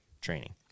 training